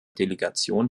delegation